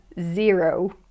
zero